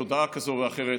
בתודעה כזו או אחרת,